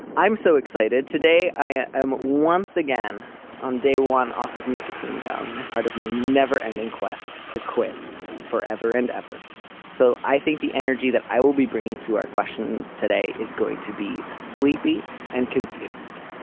i'm so excited today i am once again on day one off of nicotine gum in part of my never ending quest to quit forever and ever so i think the energy that i will be bringing to our questions today is going to be sleepy and confused.